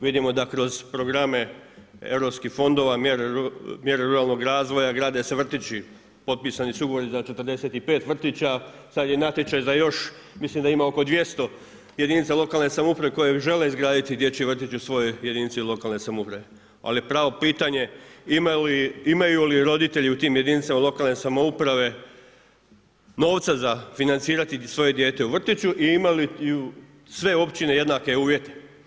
Vidimo da kroz programe Europskih fondova, mjere ruralnog razvoja grade se vrtići, potpisani su ugovori za 45 vrtića, sad je natječaj za još, mislim da ima oko 200 jedinica lokalne samouprave koji žele izgraditi dječji vrtić u svojoj jedinici lokalne samouprave, ali je pravo pitanje imaju li roditelji u tim jedinicama lokalne samouprave novca za financirati svoje dijete u vrtiću i imaju li sve općine jednake uvjete.